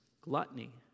gluttony